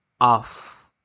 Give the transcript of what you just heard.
off